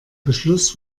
beschluss